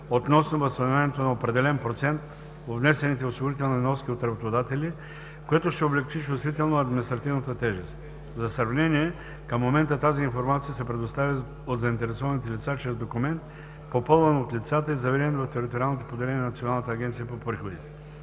относно възстановяването на определен процент от внесените осигурителни вноски от работодатели, което ще облекчи чувствително административната тежест. За сравнение – към момента тази информация се предоставя от заинтересованите лица чрез документ, попълван от лицата и заверен в териториалните